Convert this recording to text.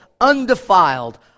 undefiled